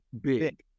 Big